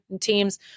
teams